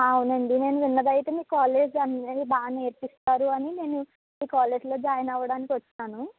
ఆ అవునండి నేను విన్నదైతే మీ కాలేజీ అనేది బాగా నేర్పిస్తారు అని నేను ఈ కాలేజీ లో జాయిన్ అవ్వడానికి వచ్చాను